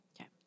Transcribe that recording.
Okay